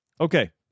Okay